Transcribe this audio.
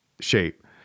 shape